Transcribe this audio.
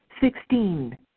Sixteen